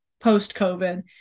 post-COVID